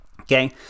Okay